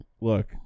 look